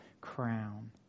crown